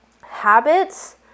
habits